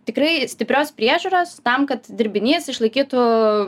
tikrai stiprios priežiūros tam kad dirbinys išlaikytų